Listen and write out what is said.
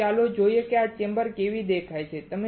તો ચાલો જોઈએ કે આ ચેમ્બર કેવી દેખાય છે